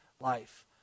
life